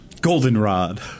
Goldenrod